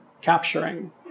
capturing